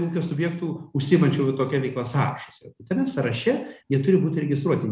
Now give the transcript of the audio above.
ūkio subjektų užsiimančių tokia veikla sąrašas tame sąraše jie turi būti registruoti